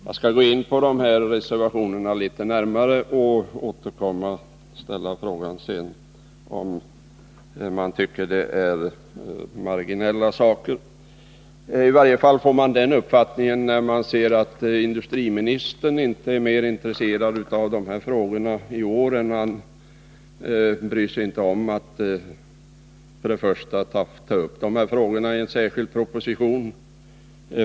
Jag skall gå in på reservationerna litet närmare och sedan ställa frågan, om man verkligen anser att det rör sig om marginella saker. I varje fall kan man få uppfattningen att det gäller marginella frågor, eftersom industriministern inte är mer intresserad än att han underlåtit att ta upp dem i en särskild proposition.